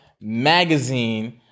Magazine